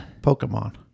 Pokemon